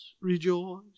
rejoice